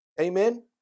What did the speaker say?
Amen